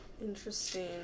Interesting